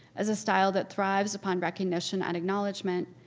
as a style that thrives upon recognition and acknowledgement,